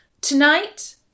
Tonight